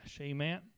Amen